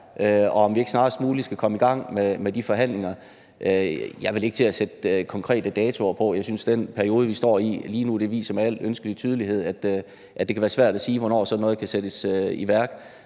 og om vi ikke snarest muligt skal komme i gang med de forhandlinger. Jeg vil ikke til at sætte konkrete datoer på. Jeg synes, den periode, vi står i lige nu, med al ønskelig tydelighed viser, at det kan være svært at sige, hvornår sådan noget kan sættes i værk.